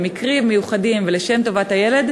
במקרים מיוחדים ולשם טובת הילד,